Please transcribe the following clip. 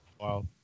Wow